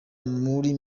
muri